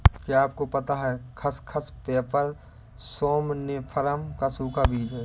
क्या आपको पता है खसखस, पैपर सोमनिफरम का सूखा बीज है?